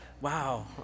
Wow